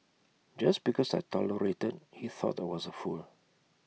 just because I tolerated he thought I was A fool